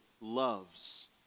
loves